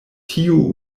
tiu